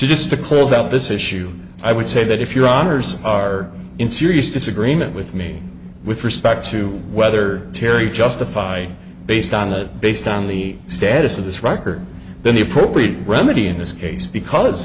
just to close out this issue i would say that if your honour's are in serious disagreement with me with respect to whether terri justify based on that based on the status of this record then the appropriate remedy in this case because